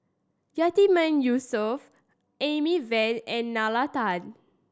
Yatiman Yusof Amy Van and Nalla Tan